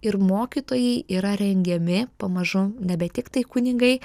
ir mokytojai yra rengiami pamažu nebe tiktai kunigai